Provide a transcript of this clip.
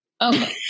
Okay